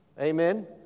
Amen